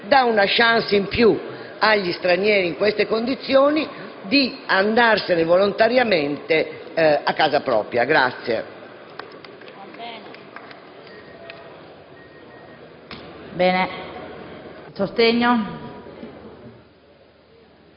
dà una *chance* in più agli stranieri in condizione di andarsene volontariamente a casa propria.